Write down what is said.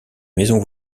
maison